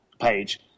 page